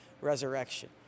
resurrection